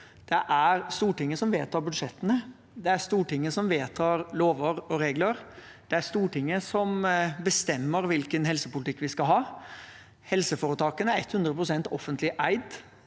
Stortinget som vedtar budsjettene. Det er Stortinget som vedtar lover og regler. Det er Stortinget som bestemmer hvilken helsepolitikk vi skal ha. Helseforetakene er 100 pst. offentlig eid.